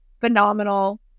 phenomenal